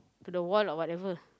to the wall or whatever